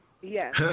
Yes